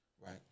Right